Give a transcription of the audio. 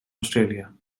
australia